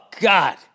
God